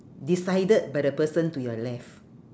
decided by the person to your left